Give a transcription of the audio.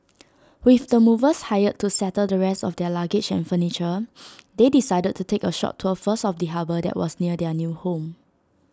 with the movers hired to settle the rest of their luggage and furniture they decided to take A short tour first of the harbour that was near their new home